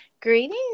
Greetings